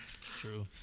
True